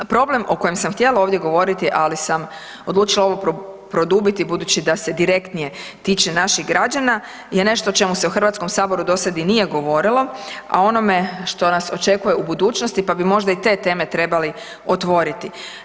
Problem o kojem sam htjela ovdje govoriti, ali sam odlučila ovo produbiti budući da se direktnije tiče naših građana je nešto o čemu se u HS-u dosad i nije govorilo, a onome što nas očekuje u budućnosti, pa bi možda i te teme trebali otvoriti.